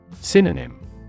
Synonym